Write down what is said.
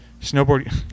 snowboard